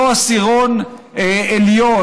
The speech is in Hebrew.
אותו עשירון עליון,